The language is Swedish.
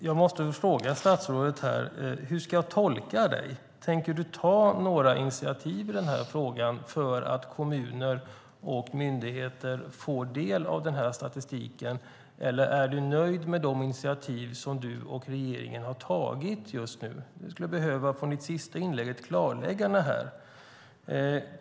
Fru talman! Jag undrar hur jag ska tolka statsrådet och om hon tänker ta några initiativ för att kommuner och myndigheter ska få del av denna statistik. Är statsrådet nöjd med de initiativ som hon och regeringen tagit? I statsrådets sista inlägg skulle jag behöva ett klarläggande.